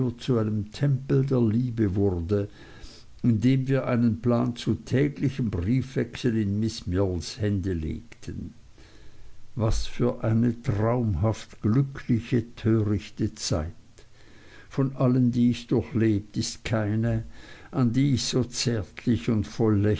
zu einem tempel der liebe wurde in dem wir einen plan zu täglichem briefwechsel in miß mills hände legten was für eine traumhaft glückliche törichte zeit von allen die ich durchlebt ist keine an die ich so zärtlich und voll